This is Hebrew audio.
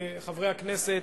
חברי הכנסת,